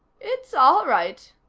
it's all right,